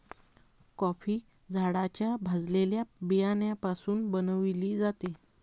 coffee झाडाच्या भाजलेल्या बियाण्यापासून बनविली जाते